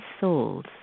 souls